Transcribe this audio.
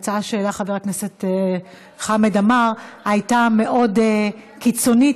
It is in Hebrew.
ההצעה שהעלה חבר הכנסת חמד עמאר הייתה מאוד קיצונית,